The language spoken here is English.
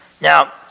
Now